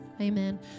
Amen